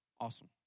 Awesome